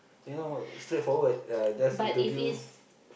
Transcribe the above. you know straightforward uh just interview